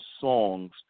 songs